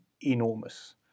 enormous